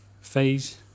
phase